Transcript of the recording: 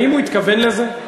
האם הוא התכוון לזה?